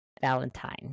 Valentine